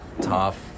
tough